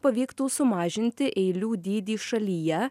pavyktų sumažinti eilių dydį šalyje